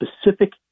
specific